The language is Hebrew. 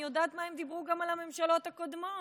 אני יודעת מה הם אמרו על הממשלות הקודמות.